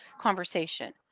conversation